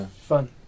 fun